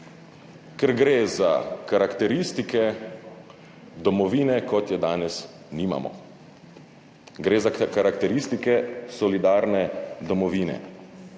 Ker gre za karakteristike domovine, kot je danes nimamo. Gre za karakteristike solidarne domovine.